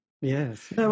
Yes